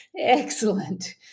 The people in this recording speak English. Excellent